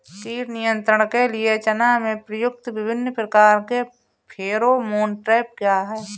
कीट नियंत्रण के लिए चना में प्रयुक्त विभिन्न प्रकार के फेरोमोन ट्रैप क्या है?